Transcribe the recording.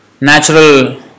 natural